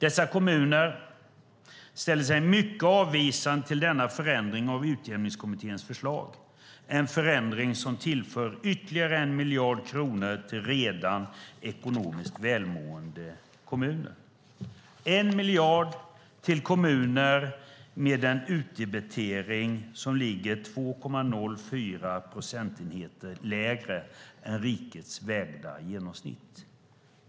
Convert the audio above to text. Dessa kommuner ställer sig mycket avvisande till denna förändring av Utjämningskommitténs förslag. Det är en förändring som tillför ytterligare en miljard kronor till redan ekonomiskt välmående kommuner. Man tillför en miljard till kommuner med en utdebitering som ligger 2,04 procentenheter lägre än rikets vägda genomsnitt.